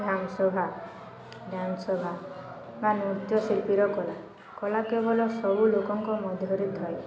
ସଭା ସଭା ବା ନୃତ୍ୟଶିଳ୍ପୀର କଳା କଳା କେବଳ ସବୁ ଲୋକଙ୍କ ମଧ୍ୟରେ ଥାଏ